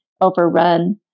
overrun